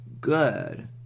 good